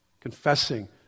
confessing